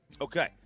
Okay